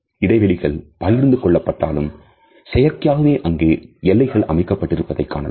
இடைவெளிகள் பகிர்ந்து கொள்ளப் பட்டாலும் செயற்கையாகவே அங்கு எல்லைகள் அமைக்கப் பட்டிருப்பதை காணலாம்